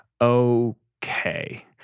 okay